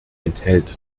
enthält